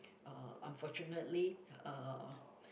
uh unfortunately uh